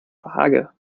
waage